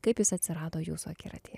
kaip jis atsirado jūsų akiratyje